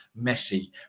messi